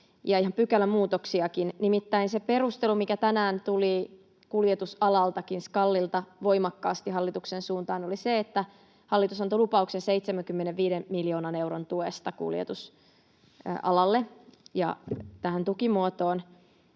ja ihan pykälämuutoksiakin. Nimittäin se perustelu, mikä tänään tuli kuljetusalaltakin, SKALilta, voimakkaasti hallituksen suuntaan, oli se, että hallitus antoi lupauksen 75 miljoonan euron tuesta kuljetusalalle ja tähän tukimuotoon,